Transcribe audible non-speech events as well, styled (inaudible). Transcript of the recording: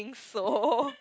think so (laughs)